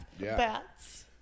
Bats